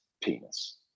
penis